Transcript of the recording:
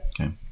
Okay